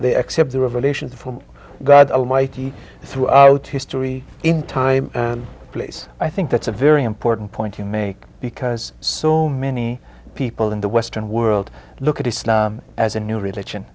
they accept the revelation from god almighty throughout history in time and place i think that's a very important point to make because so many people in the western world look at it as a new religion